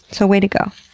so way to go.